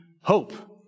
hope